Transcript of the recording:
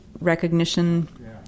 recognition